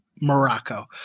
Morocco